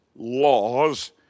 laws